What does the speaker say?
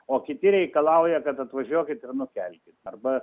o kiti reikalauja kad atvažiuokit ir nukelkit arba